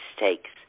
mistakes